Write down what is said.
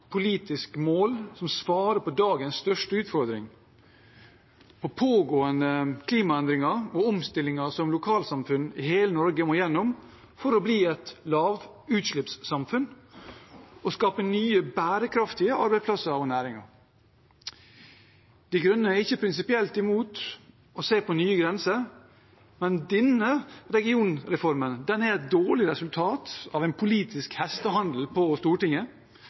mål som svarer på dagens største utfordring: de pågående klimaendringene og omstillingen som lokalsamfunn i hele Norge må gjennom for å bli et lavutslippssamfunn og skape nye, bærekraftige arbeidsplasser og næringer. De Grønne er ikke prinsipielt imot å se på nye grenser, men denne regionreformen er et dårlig resultat av en politisk hestehandel på Stortinget.